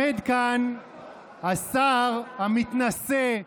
כאן השר המתנשא,